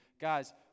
Guys